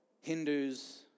Hindus